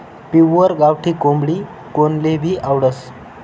pure गावठी कोंबडी कोनलेभी आवडस